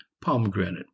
pomegranate